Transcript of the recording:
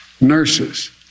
nurses